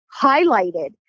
highlighted